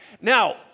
Now